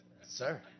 Sir